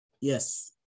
Yes